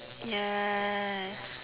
ya